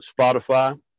Spotify